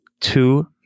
two